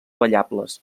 ballables